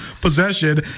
possession